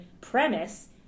premise